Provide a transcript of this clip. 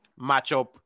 matchup